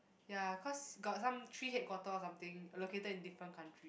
ya cause got some three headquarter or something located in different country